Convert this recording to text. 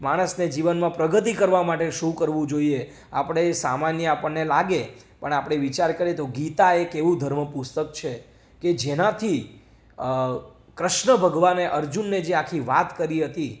માણસને જીવનમાં પ્રગતિ કરવા માટે શું કરવું જોઈએ આપણે સમાન્ય આપણને લાગે પણ આપણે વિચાર કરીએ તો ગીતા એક એવું ધર્મ પુસ્તક છે કે જેનાથી કૃષ્ણ ભગવાને અર્જુનને જે આખી વાત કરી હતી